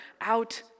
out